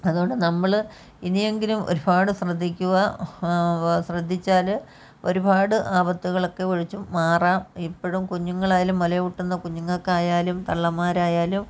അതു കൊണ്ടു നമ്മൾ ഇനിയെങ്കിലും ഒരുപാട് ശ്രദ്ധിക്കുക വ ശ്രദ്ധിച്ചാൽ ഒരുപാട് ആപത്തുകളൊക്കെ ഒഴിച്ചു മാറാം ഇപ്പോഴും കുഞ്ഞുങ്ങളായാലും മുലയൂട്ടുന്ന കുഞ്ഞുങ്ങൾക്കായാലും തള്ളമാരായാലും